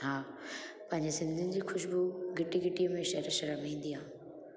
हा पैंजे सिंधियुनि जी ख़ुशबू गिटी गिटी में शहर शहर में ईंदी आहे